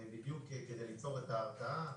בדיוק כדי ליצור את ההרתעה,